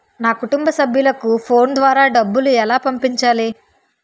నా కుటుంబ సభ్యులకు ఫోన్ ద్వారా డబ్బులు ఎలా పంపించాలి?